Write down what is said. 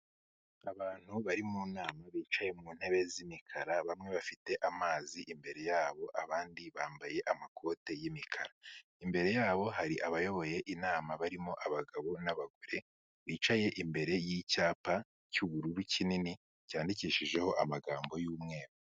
Abantu bari mu nama bicaye mu ntebe z'imikara bamwe bafite amazi imbere yabo, abandi bambaye amakoti y'imikara, imbere yabo hari abayoboye inama barimo abagabo n'abagore bicaye imbere y'icyapa cy'ubururu kinini cyandikishijeho amagambo y'umweru.